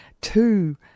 two